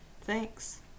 Thanks